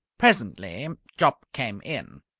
presently jopp came in.